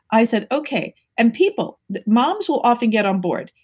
i said, okay. and people, moms will often get on board.